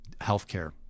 healthcare